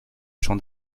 champ